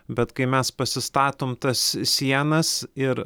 bet kai mes pasistatom tas sienas ir